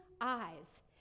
eyes